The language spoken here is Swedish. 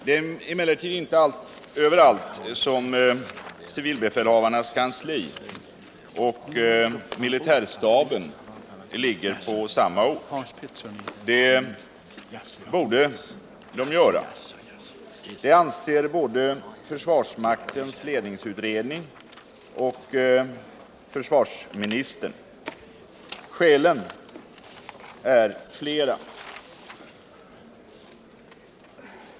Det är emellertid inte överallt som civilbefälhavarnas kansli och militärstaben ligger på samma ort. Det borde de göra — det anser både försvarsmaktens ledningsutredning och försvarsministern. Skälen är flera.